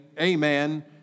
amen